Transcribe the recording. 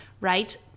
right